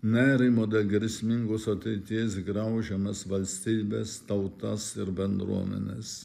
nerimo dėl grėsmingos ateities graužiamas valstybes tautas ir bendruomenes